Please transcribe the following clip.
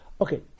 Okay